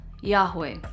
Yahweh